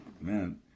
man